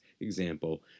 example